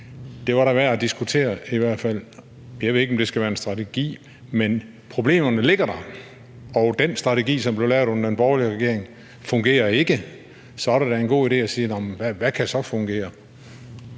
Det var da værd at diskutere i hvert fald. Jeg ved ikke, om det skal være en strategi, men problemerne ligger der, og den strategi, som blev lavet under den borgerlige regering, fungerer ikke. Så er det da en god idé at sige: Hvad kan så fungere?